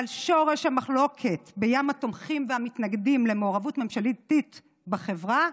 אבל שורש המחלוקת בים התומכים והמתנגדים למעורבות ממשלתית בחברה,